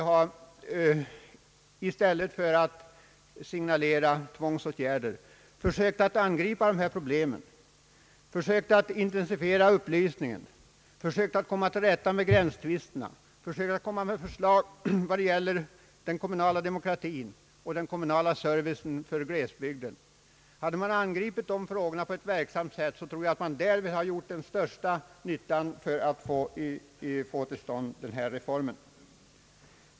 I stället för att signalera tvångsåtgärder skulle man här enligt min uppfattning ha försökt angripa problemet, försökt att intensifiera upplysningen, försökt att komma till rätta med gränstvisterna, försökt att komma med förslag beträffande den kommunala demokratin och den kommunala servicen för glesbygden. Hade man angripit «dessa frågor på ett verksamt sätt, trorsjag att man därmed hade gjort den största nyttan för att få reformen till stånd.